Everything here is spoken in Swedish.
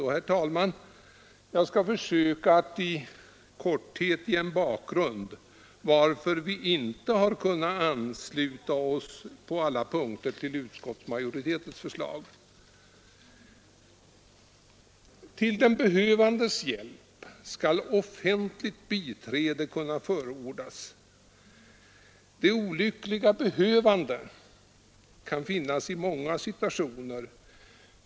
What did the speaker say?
Jag skall, herr talman, försöka att i korthet ge en bakgrund till att vi inte har kunnat ansluta oss på alla punkter till utskottsmajoritetens förslag. Till den behövandes hjälp skall offentligt biträde kunna förordnas. De olyckliga behövande kan finnas i många situationer.